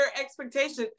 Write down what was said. expectations